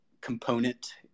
component